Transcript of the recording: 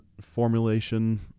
formulation